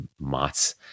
Mats